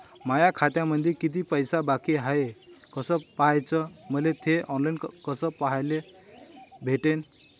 माया खात्यामंधी किती पैसा बाकी हाय कस पाह्याच, मले थे ऑनलाईन कस पाह्याले भेटन?